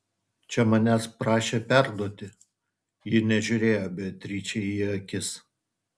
čia manęs prašė perduoti ji nežiūrėjo beatričei į akis